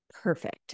perfect